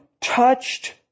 touched